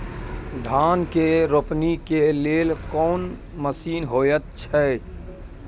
धान के रोपनी के लेल कोन मसीन होयत छै?